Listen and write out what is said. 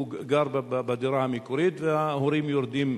גר בדירה המקורית וההורים יורדים מטה.